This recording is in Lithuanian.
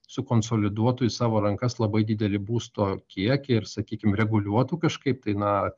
sukonsoliduotų į savo rankas labai didelį būsto kiekį ir sakykim reguliuotų kažkaip tai na